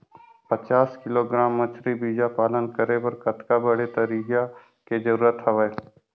पचास किलोग्राम मछरी बीजा पालन करे बर कतका बड़े तरिया के जरूरत हवय?